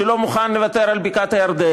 שלא מוכן לוותר על בקעת-הירדן,